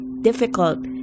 difficult